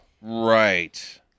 right